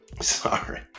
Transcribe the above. sorry